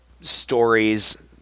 stories